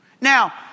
Now